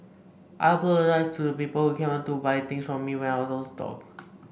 I apologise to the people who came to buy things from me when I was out of stock